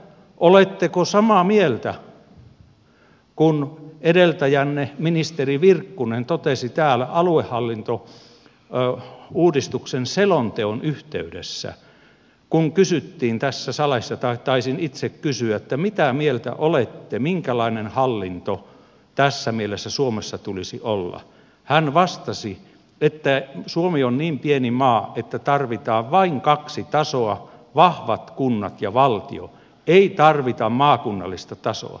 oletteko samaa mieltä kuin edeltäjänne ministeri virkkunen joka täällä aluehallintouudistuksen selonteon yhteydessä kun kysyttiin tässä salissa taisin itse kysyä mitä mieltä olette minkälainen hallinto tässä mielessä suomessa tulisi olla vastasi että suomi on niin pieni maa että tarvitaan vain kaksi tasoa vahvat kunnat ja valtio ei tarvita maakunnallista tasoa